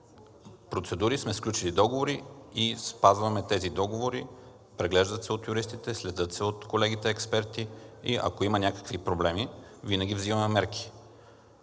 процедури сме сключили договори и спазваме тези договори, преглеждат се от юристите, следят се от колегите експерти и ако има някакви проблеми, винаги взимаме мерки.